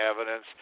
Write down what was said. evidence